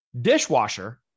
dishwasher